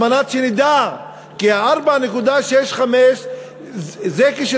כיצד נדע כי 4.65% גירעון מספיק?